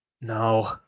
No